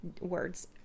words